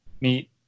meet